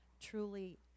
truly